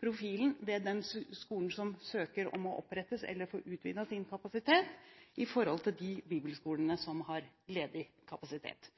profilen ved den skolen som søker om å bli opprettet eller å få utvidet sin kapasitet, i forhold til de bibelskolene som har ledig kapasitet.